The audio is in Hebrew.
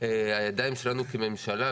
הידיים שלנו כממשלה,